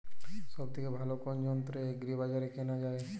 সব থেকে ভালো কোনো যন্ত্র এগ্রি বাজারে কেনা যায়?